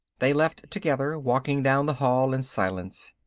they left together, walking down the hall in silence.